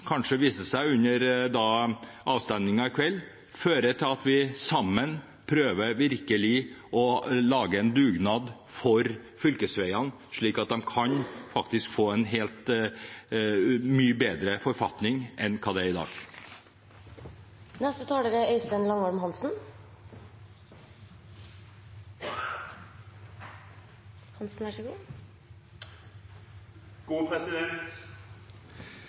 kanskje viser seg under avstemningen i kveld, fører til at vi sammen virkelig prøver å lage en dugnad for fylkesveiene, slik at de faktisk kan få en mye bedre forfatning enn i dag. Det er ikke sånn at vi i Arbeiderpartiet klager på bompengene når vi påpeker at bompengeandelen har økt. Vi påpeker det fordi det er